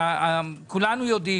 וכולנו יודעים